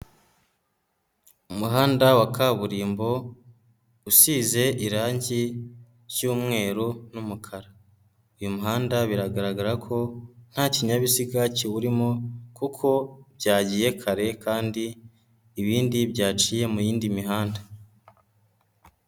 Umuhanda wa kaburimbo usize irangi ry'umweru n'umukara, uyu muhanda biragaragara ko nta kinyabiziga kiwurimo kuko byagiye kare kandi ibindi byaciye mu yindi mihanda.